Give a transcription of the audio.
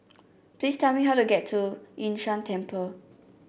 please tell me how to get to Yun Shan Temple